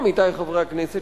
עמיתי חברי הכנסת,